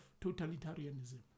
totalitarianism